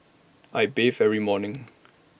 I bathe every morning